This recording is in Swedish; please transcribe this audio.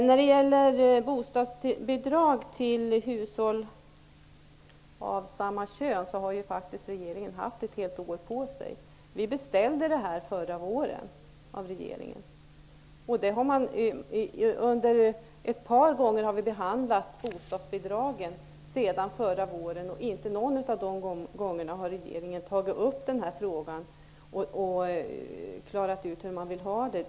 När det gäller bostadsbidrag till hushåll bestående av personer av samma kön har regeringen faktiskt haft ett helt år på sig. Vi gjorde en beställning till regeringen förra våren. Ett par gånger sedan förra våren har vi behandlat bostadsbidragen. Inte vid något av de tillfällena har regeringen tagit upp den här frågan och klarat ut hur man vill ha det.